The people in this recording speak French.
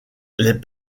les